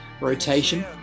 rotation